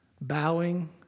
bowing